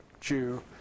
Jew